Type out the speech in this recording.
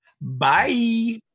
Bye